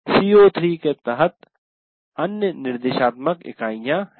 CO3 के तहत अन्य निर्देशात्मक इकाइयाँ हैं